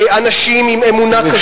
אנשים עם אמונה כזאת או אחרת,